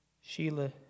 Sheila